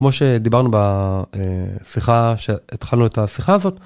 כמו שדיברנו בשיחה, שהתחלנו את השיחה הזאת.